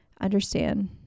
understand